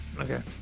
Okay